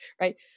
Right